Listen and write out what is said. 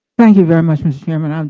thank you very much, mr. chairman. um